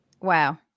Wow